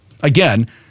Again